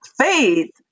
faith